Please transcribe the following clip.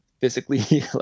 physically